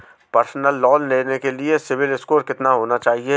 Personal loan लेने के लिए सिबिल स्कोर कितना होना चाहिए?